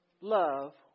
love